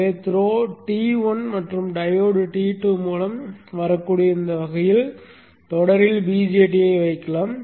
எனவே through T1 மற்றும் diode T2 மூலம் வரக்கூடிய இந்த வகையில் தொடரில் BJT ஐ வைக்கலாம்